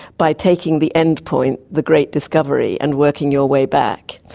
by taking the endpoint, the great discovery, and working your way back,